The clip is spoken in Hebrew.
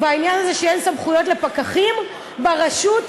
והעניין הזה שאין סמכויות לפקחים ברשות,